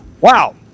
wow